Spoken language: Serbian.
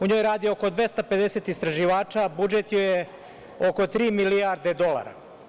U njoj radi oko 250 istraživača, budžet joj je oko tri milijarde dolara.